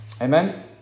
Amen